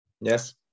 yes